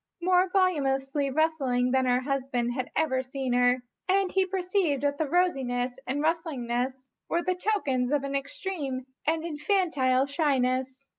more voluminously rustling than her husband had ever seen her and he perceived that the rosiness and rustlingness were the tokens of an extreme and infantile shyness.